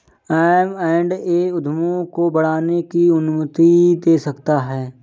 M and A उद्यमों को बढ़ाने की अनुमति दे सकता है